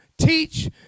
teach